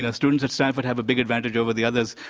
ah students at stanford have a big advantage over the others.